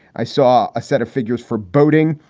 i saw a set of figures for boating.